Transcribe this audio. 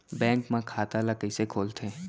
Bank म खाता ल कइसे खोलथे?